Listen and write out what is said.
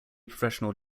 professional